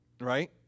right